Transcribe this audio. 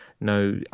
no